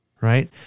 right